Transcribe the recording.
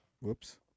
Whoops